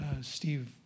Steve